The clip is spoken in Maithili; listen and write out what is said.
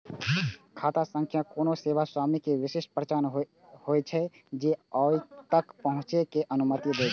खाता संख्या कोनो सेवा स्वामी के विशिष्ट पहचान होइ छै, जे ओइ तक पहुंचै के अनुमति दै छै